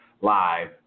live